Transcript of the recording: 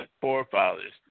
forefathers